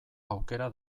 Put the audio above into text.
aukera